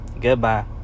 Goodbye